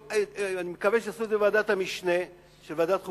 אני מקווה שיעשו את זה בוועדת המשנה של ועדת החוקה,